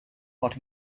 what